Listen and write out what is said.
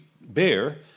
bear